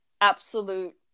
absolute